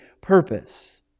purpose